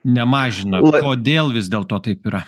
nemažina kodėl vis dėl to taip yra